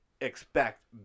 expect